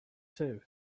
too